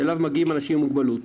שאליו מגיעים אנשים עם מוגבלות.